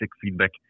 feedback